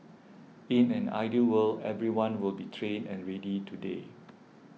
in an ideal world everyone will be trained and ready today